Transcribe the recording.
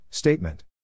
Statement